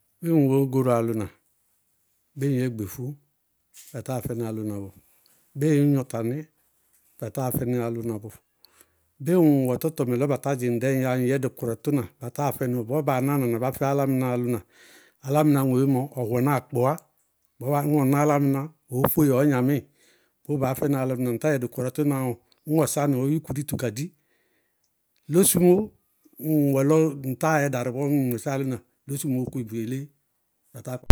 Ñŋ ŋwɛ ŋñ góro álʋna, ñŋ ŋyɛ gbefú, ba táa fɛnɩ álʋna bɔɔ, bɩɩ ŋñ gnɔ tanɛ, batáa fɛnɩ álʋna bɔɔ, bɩɩ ŋwɛ tɔtɔmɛ lɔ batá dzɩŋ dɛɛ ŋŋyɛá bɔɔ, ŋyɛ dɩkɔrɛ tʋná, batáa fɛnɩ bɔɔ baa náa na na bá fɛ álámɩná álʋna, álámɩná ŋoyé mɔ ɔwɛná akpowá ñ ɔ ná álámɩná ɔɔ fóe ɩ ɔɔ gnamɩɩ. Bʋʋ baá fɛnɩ álʋna, ŋ tá yɛ dɩkɔrɛ tʋná bɔɔ, ñ ɔ sá nɩ ɔɔ yúku dito ka di. Losumó, ñŋ ŋwɛ lɔ ŋ táa yɛ darɩ bɔɔ ñŋ ŋ mɔsɩ álʋna losumóó kʋɩ bʋ yelé ba táa.